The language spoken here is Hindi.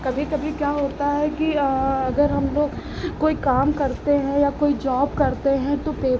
कभी कभी क्या होता है कि अगर हमलोग कोई काम करते हैं या कोई जॉब करते हैं तो पे